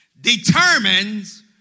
determines